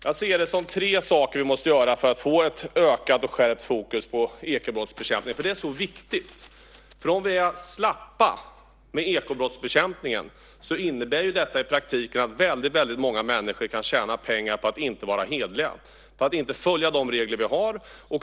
Jag ser det som att det är tre saker vi måste göra för att få ett ökat och skärpt fokus på ekobrottsbekämpningen. Det är så viktigt. Om vi är slappa med ekobrottsbekämpningen innebär detta i praktiken att väldigt många människor kan tjäna pengar på att inte vara hederliga, på att inte följa de regler vi har.